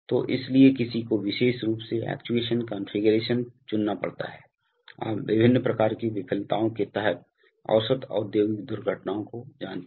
तो इसलिए किसी को विशेष रूप से एक्चुएशन कॉन्फ़िगरेशन चुनना पड़ता है आप विभिन्न प्रकार की विफलताओं के तहत औसत औद्योगिक दुर्घटनाओं को जानते हैं